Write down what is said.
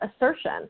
assertion